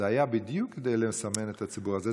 זה היה בדיוק כדי לסמן את הציבור הזה.